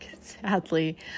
sadly